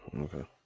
okay